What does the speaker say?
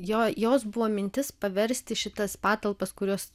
jo jos buvo mintis paversti šitas patalpas kurios